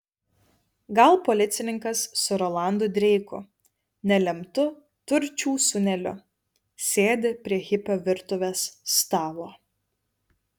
gal policininkas su rolandu dreiku nelemtu turčių sūneliu sėdi prie hipio virtuvės stalo